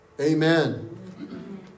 Amen